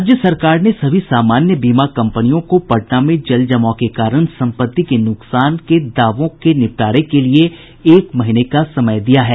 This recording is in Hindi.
राज्य सरकार ने सभी सामान्य बीमा कम्पनियों को पटना में जल जमाव के कारण सम्पत्ति के नुकसान के दावों के निपटारे के लिए एक महीने का समय दिया है